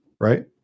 right